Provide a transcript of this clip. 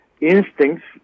instincts